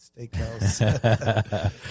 Steakhouse